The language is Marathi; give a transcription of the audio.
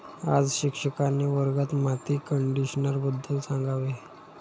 आज शिक्षकांनी वर्गात माती कंडिशनरबद्दल सांगावे